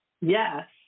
Yes